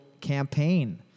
campaign